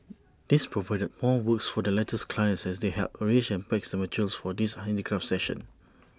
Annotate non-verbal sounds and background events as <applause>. <noise> this provided more work for the latter's clients as they helped arrange and packs materials for these handicraft sessions